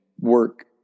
work